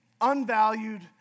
unvalued